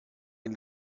den